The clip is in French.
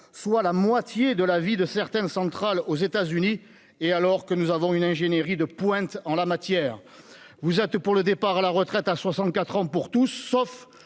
soit la moitié de la durée de vie de certaines centrales aux États-Unis, et alors que nous avons une ingénierie de pointe en la matière. Vous êtes, madame la ministre, pour le départ à la retraite à 64 ans pour tous, sauf